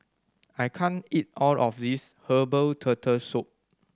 I can't eat all of this herbal Turtle Soup